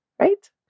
right